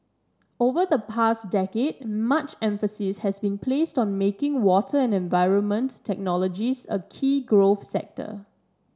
over the past decade much emphasis has been placed on making water and environment technologies a key growth sector